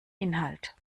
inhalt